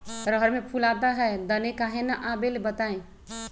रहर मे फूल आता हैं दने काहे न आबेले बताई?